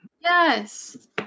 Yes